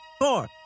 four